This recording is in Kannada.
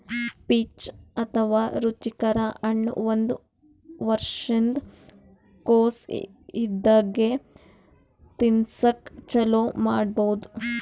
ಪೀಚ್ ಅಥವಾ ರುಚಿಕರ ಹಣ್ಣ್ ಒಂದ್ ವರ್ಷಿನ್ದ್ ಕೊಸ್ ಇದ್ದಾಗೆ ತಿನಸಕ್ಕ್ ಚಾಲೂ ಮಾಡಬಹುದ್